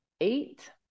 eight